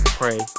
pray